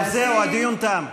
טוב, זהו, הדיון תם.